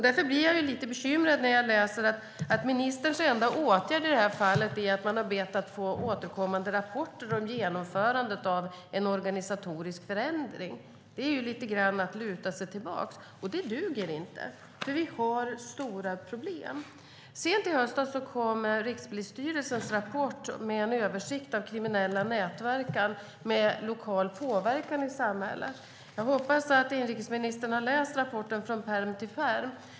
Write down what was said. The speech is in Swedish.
Därför blir jag lite bekymrad när jag läser att ministerns enda åtgärd i det här fallet är att man har bett att få återkommande rapporter om genomförandet av en organisatorisk förändring. Det är lite grann att luta sig tillbaka, och det duger inte, för vi har stora problem. Sent i höstas kom Rikspolisstyrelsens rapport med en översikt av kriminella nätverk med lokal påverkan i samhället. Jag hoppas att inrikesministern har läst rapporten från pärm till pärm.